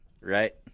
right